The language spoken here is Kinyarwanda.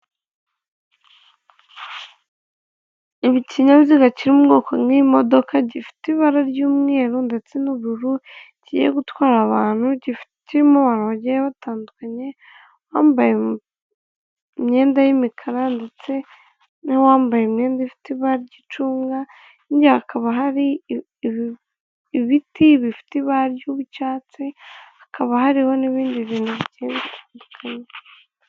ikinyabiziga kiririmo ubwoko nk'imodoka gifite ibara ry'umweru ndetse n'ubururu kigiye gutwara abantu gifitemo bageye batandukanye bambaye imyenda y'imikara ndetse n'uwambaye imyenda ifite ibara ry'icunga imyaka hakaba hari ibiti bifite ibara ry'icyatsi hakaba hariho n'ibindi bintu byinshi bitu